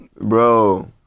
Bro